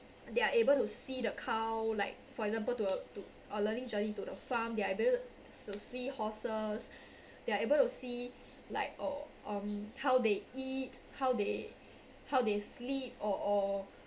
they are able to see the cow like for example to a to a learning journey to the farm they are able~ to see horses they are able to see like or um how they eat how they how they sleep or or